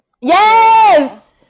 Yes